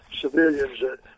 civilians